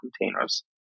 containers